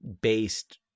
based